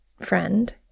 friend